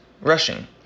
rushing